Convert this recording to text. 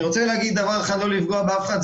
אני רוצה להגיד דבר אחד בלי לפגוע באף אחד.